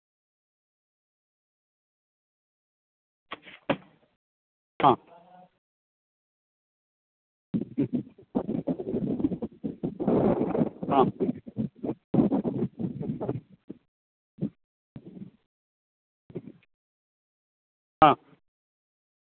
ആ ആ ആ